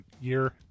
year